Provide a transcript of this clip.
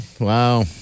Wow